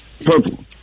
Purple